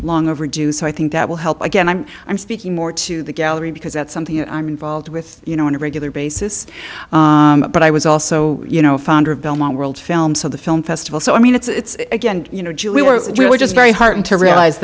long overdue so i think that will help again i'm i'm speaking more to the gallery because that's something that i'm involved with you know on a regular basis but i was also you know founder of belmont world film so the film festival so i mean it's again you know we were we were just very heartened to realize